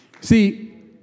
See